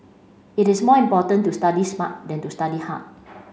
it is more important to study smart than to study hard